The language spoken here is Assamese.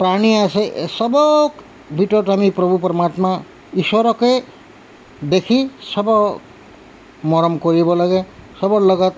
প্ৰাণী আছে চবক ভিতৰত আমি প্ৰভু পৰ্মাত্মা ঈশ্বৰকে দেখি চবক মৰম কৰিব লাগে চবৰ লগত